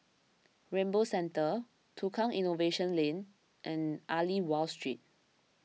Rainbow Centre Tukang Innovation Lane and Aliwal Street